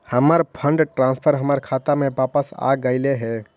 हमर fund transfer हमर खाता में वापस आगईल हे